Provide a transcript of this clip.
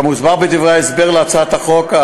כאמור בדברי ההסבר להצעת החוק,